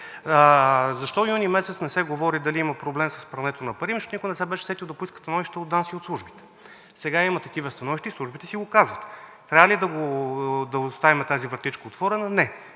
през юни месец не се говори дали има проблем с прането на пари? Защото никой не се беше сетил да поиска становище от ДАНС и от службите. Сега има такива становища и службите си го казват. Трябва ли да оставим тази вратичка отворена? Не.